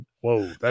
whoa